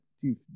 Chief